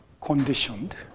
conditioned